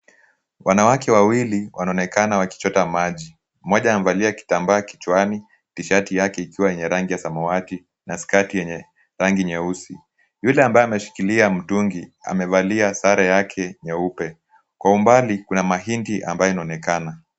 Wanawake wawili wanaonekana wakichota maji. Mmoja amevalia kitambaa kichwani, tishati yake ikiwa yenye rangi ya samawati na skati yenye rangi nyeusi. Yule ambaye ameshikilia mtungi amevalia sare yake nyeupe. Kwa umbali kuna mahindi ambayo inaonekana.